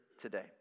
today